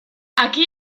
aquí